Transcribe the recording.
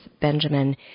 Benjamin